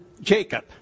Jacob